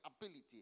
ability